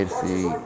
see